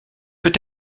peut